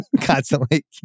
constantly